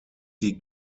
die